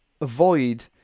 avoid